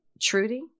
Trudy